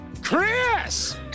Chris